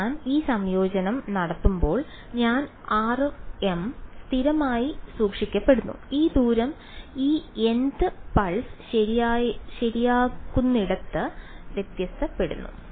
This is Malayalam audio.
അതിനാൽ ഞാൻ ഈ സംയോജനം നടത്തുമ്പോൾ ഞാൻ rm സ്ഥിരമായി സൂക്ഷിക്കപ്പെടുന്നു ഈ ദൂരം ഈ n thപൾസ് ശരിയാകുന്നിടത്ത് വ്യത്യാസപ്പെടുന്നു